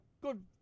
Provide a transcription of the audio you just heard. good